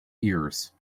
ears